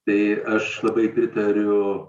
tai aš labai pritariu